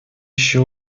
еще